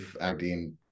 acting